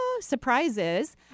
surprises